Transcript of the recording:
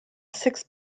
six